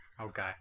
Okay